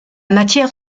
matière